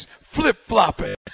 flip-flopping